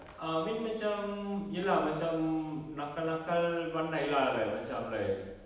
err I mean macam ya lah macam nakal-nakal pandai lah like macam like